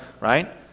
right